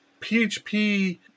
PHP